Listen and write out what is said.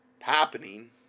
happening